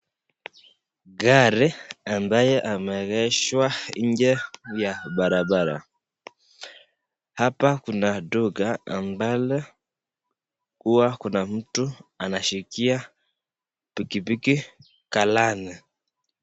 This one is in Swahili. Gari ambayo imeegeshwa nje ya barabara, hapa kuna duka ambalo huwa kuna mtu anashikia pikipiki galani.